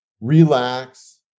relax